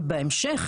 בהמשך,